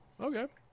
Okay